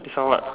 this one what